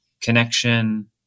connection